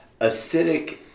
acidic